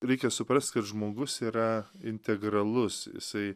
reikia suprast kad žmogus yra integralus jisai